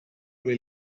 will